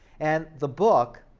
and the book,